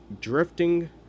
drifting